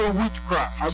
witchcraft